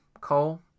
Cole